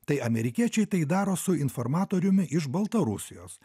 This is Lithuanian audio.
tai amerikiečiai tai daro su informatoriumi iš baltarusijos